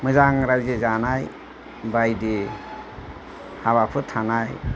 मोजां रायजो जानाय बायदि हाबाफोर थानाय